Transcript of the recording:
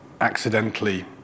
accidentally